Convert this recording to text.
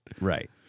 right